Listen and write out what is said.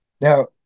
Now